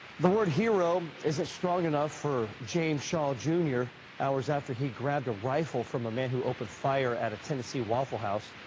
the word hero isn't strong enough for james shaw junior hours after he grabbed a rifle from a man who opened fire at tennessee waffle house,